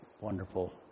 wonderful